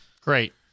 Great